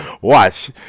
Watch